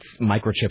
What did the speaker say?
microchips